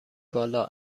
بالا